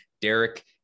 Derek